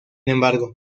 embargo